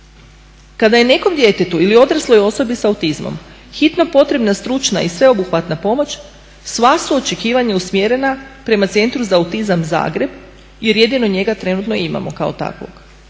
Kada je nekom djetetu ili odrasloj osobi s autizmom hitno potrebna stručna i sveobuhvatna pomoć sva su očekivanja usmjerena prema Centru za autizam Zagreb jer jedino njega trenutno imamo kao takvog.